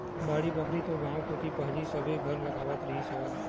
बाड़ी बखरी तो गाँव कोती पहिली सबे घर लगावत रिहिस हवय